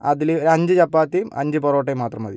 അതിൽ ഒരു അഞ്ച് ചപ്പാത്തിയും അഞ്ച് പൊറോട്ടയും മാത്രം മതി